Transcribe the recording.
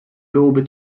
byłoby